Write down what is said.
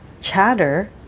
chatter